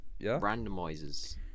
Randomizers